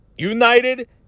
United